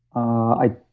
i